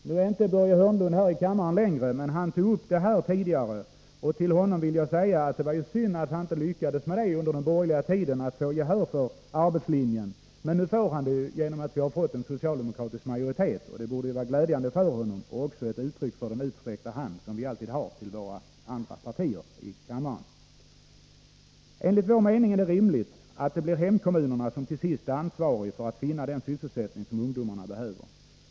Nu är inte Börje Hörnlund i kammaren längre, men han tog upp det här tidigare, och till honom vill jag säga att det var synd att han inte lyckades under den borgerliga regeringstiden med att få gehör för arbetslinjen. Men nu får han det, genom att vi har en socialdemokratisk majoritet. Det borde glädja honom, och det är också ett uttryck för den utsträckta hand som vi alltid har till andra partier i kammaren. Enligt vår mening är det rimligt att det blir hemkommunerna som till sist är ansvariga för att finna den sysselsättning som ungdomarna behöver.